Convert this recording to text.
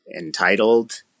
entitled